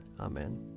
Amen